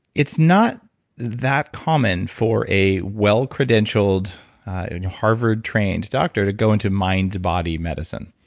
it's not that common for a well-credentialed and harvard trained doctor to go into mind-body medicine.